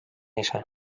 ise